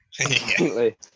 completely